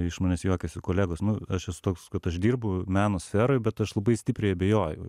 iš manęs juokiasi kolegos nu aš esu toks kad aš dirbu meno sferoj bet aš labai stipriai abejoju